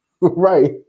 right